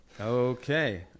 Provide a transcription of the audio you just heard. Okay